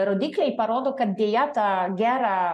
rodikliai parodo kad deja tą gerą